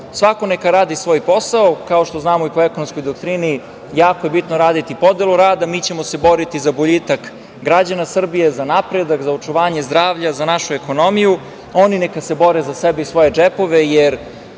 svako neka radi svoj posao, kao što znamo i po ekonomskoj doktrini jako je bitno raditi podelu rada, mi ćemo se boriti za boljitak građana Srbije, za napredak, za očuvanje zdravlja, za našu ekonomiju, oni neka se bore za sebe i svoje džepove, jer